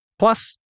Plus